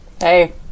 Hey